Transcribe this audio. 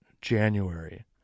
January